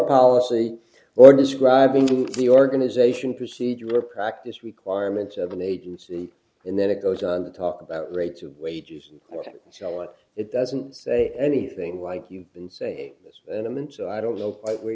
policy or describing the organization procedure or practice requirements of an agency and then it goes on to talk about rates of wages and so on it doesn't say anything like you can say this and i'm and so i don't know where